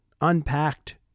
unpacked